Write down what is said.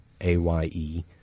A-Y-E